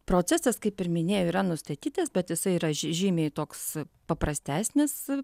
procesas kaip ir minėjau yra nustatytas bet jisai yra žymiai toks paprastesnis